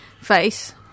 face